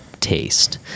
taste